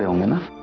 so munna.